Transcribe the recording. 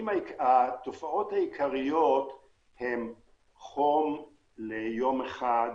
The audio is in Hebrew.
התופעות העיקריות הן חום ליום אחד,